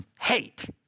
hate